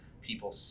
people